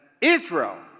Israel